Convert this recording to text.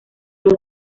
los